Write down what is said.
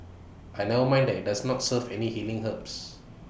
and never mind that IT does not serve any healing herbs